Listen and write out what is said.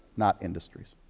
not industries.